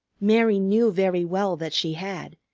mary knew very well that she had,